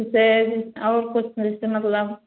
जैसे और कुछ में पुलाव